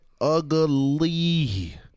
ugly